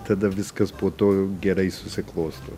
tada viskas po to jau gerai susiklosto